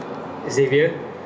xavier